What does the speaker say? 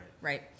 right